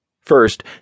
First